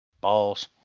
Balls